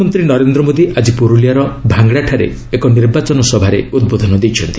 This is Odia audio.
ପ୍ରଧାନମନ୍ତ୍ରୀ ନରେନ୍ଦ୍ର ମୋଦୀ ଆଜି ପୁରୁଲିଆର ଭାଙ୍ଗଡ଼ା ଠାରେ ଏକ ନିର୍ବାଚନ ସଭାରେ ଉଦ୍ବୋଧନ ଦେଇଛନ୍ତି